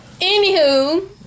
Anywho